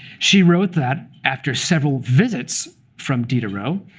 she wrote that after several visits from diderot,